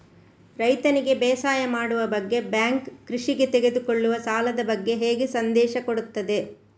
ರೈತನಿಗೆ ಬೇಸಾಯ ಮಾಡುವ ಬಗ್ಗೆ ಬ್ಯಾಂಕ್ ಕೃಷಿಗೆ ತೆಗೆದುಕೊಳ್ಳುವ ಸಾಲದ ಬಗ್ಗೆ ಹೇಗೆ ಸಂದೇಶ ಕೊಡುತ್ತದೆ?